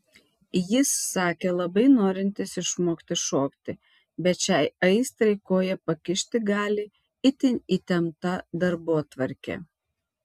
jis sakė labai norintis išmokti šokti bet šiai aistrai koją pakišti gali itin įtempta darbotvarkė